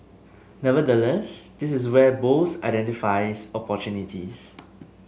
nevertheless this is where Bose identifies opportunity